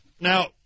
Now